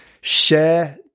share